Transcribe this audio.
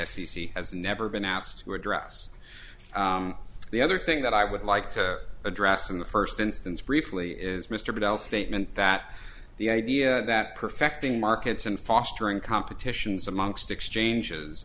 c has never been asked to address the other thing that i would like to address in the first instance briefly is mr bell statement that the idea that perfecting markets and fostering competitions amongst exchanges